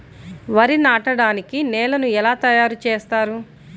వరి నాటడానికి నేలను ఎలా తయారు చేస్తారు?